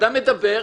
אדם מדבר,